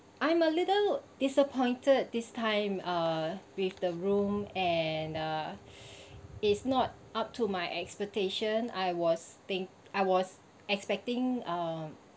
I'm a little disappointed this time uh with the room and uh it's not up to my expectations I was think I was expecting um